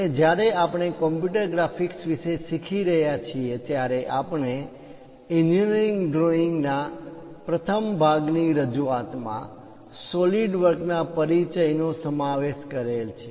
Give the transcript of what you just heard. અને જ્યારે આપણે કોમ્પ્યુટર ગ્રાફિક્સ વિશે શીખી રહ્યા છીએ ત્યારે આપણે એન્જિનિયરિંગ ડ્રોઈંગ ના પ્રથમ ભાગની રજૂઆતમાં સોલિડ વર્કના પરિચય નો સમાવેશ કરેલ છે